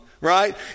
right